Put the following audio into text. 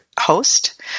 host